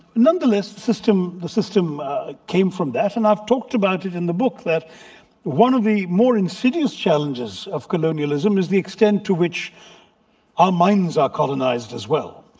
nonetheless, the system came from that. and i've talked about it in the book. that one of the more insidious challenges of colonialism is the extent to which our minds are colonised as well.